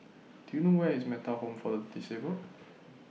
Do YOU know Where IS Metta Home For The Disabled